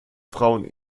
frauen